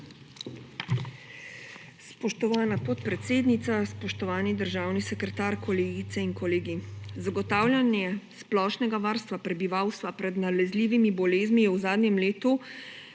Spoštovana podpredsednica, spoštovani državni sekretar, kolegice in kolegi! Zagotavljanje splošnega varstva prebivalstva pred nalezljivimi boleznimi je v zadnjem letu